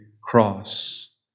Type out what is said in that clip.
cross